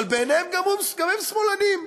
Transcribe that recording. אבל בעיניו גם הם שמאלנים,